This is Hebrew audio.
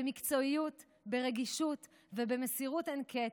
במקצועיות, ברגישות ובמסירות אין קץ,